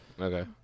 okay